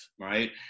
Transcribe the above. right